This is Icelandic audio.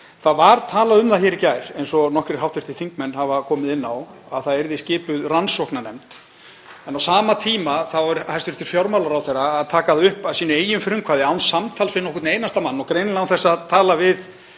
Talað var um það hér í gær, eins og nokkrir hv. þingmenn hafa komið inn á, að skipuð yrði rannsóknarnefnd. En á sama tíma er hæstv. fjármálaráðherra að taka það upp að sínu eigin frumkvæði, án samtals við nokkurn einasta mann, og greinilega án þess að tala við